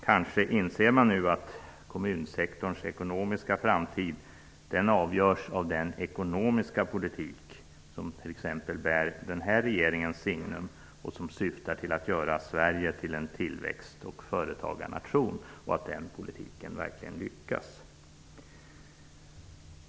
Kanske inser man nu att kommunsektorns ekonomiska framtid avgörs av den ekonomiska politik som bär den här regeringens signum och som syftar till att göra Sverige till en tillväxt och företagarnation och av att den politiken verkligen lyckas.